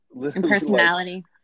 personality